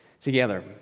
together